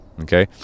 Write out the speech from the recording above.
Okay